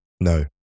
No